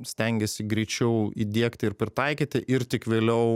stengiasi greičiau įdiegti ir pritaikyti ir tik vėliau